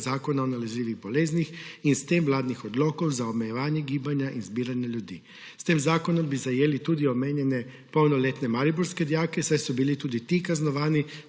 Zakona o nalezljivih boleznih in s tem vladnih odlokov za omejevanje gibanja in zbiranja ljudi. S tem zakonom bi zajeli tudi omenjene polnoletne mariborske dijake, saj so bili tudi ti kaznovani